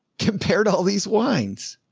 compared to all these wines